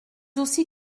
aussi